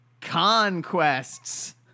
conquests